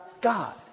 God